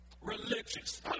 Religious